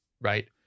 right